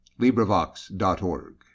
LibriVox.org